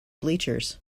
bleachers